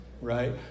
Right